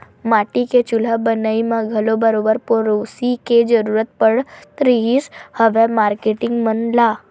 माटी के चूल्हा बनई म घलो बरोबर पेरोसी के जरुरत पड़त रिहिस हवय मारकेटिंग मन ल